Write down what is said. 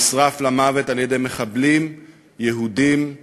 נשרף למוות על-ידי מחבלים יהודים ארורים.